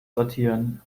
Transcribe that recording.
sortieren